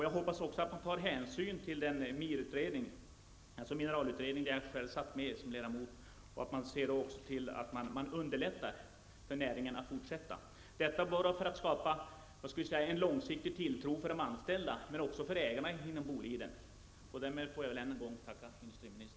Jag hoppas att man tar hänsyn till MIR utredningen, alltså den mineralutredning där jag själv satt med som ledamot, och att man också underlättar för näringen att fortsätta, detta för att skapa en långsiktig tilltro hos de anställda men också hos ägarna inom Boliden. Därmed får jag än en gång tacka industriministern för svaret.